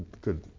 good